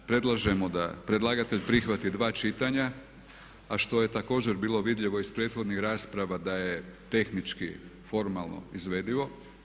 Predlažemo da predlagatelj prihvati dva čitanja, a što je također bilo vidljivo iz prethodnih rasprava da je tehnički formalno izvedivo.